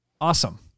Awesome